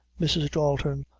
mrs. dalton,